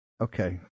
Okay